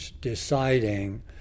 deciding